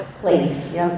place